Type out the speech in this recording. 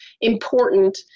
important